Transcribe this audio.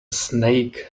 snake